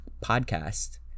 podcast